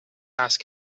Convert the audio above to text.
ask